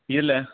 இல்லை